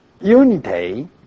unity